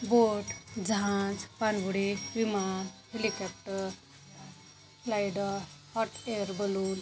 बोट जहाज पाणबुडी विमान हेलिकॅप्टर फ्लायडर हॉट एअर बलून